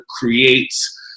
creates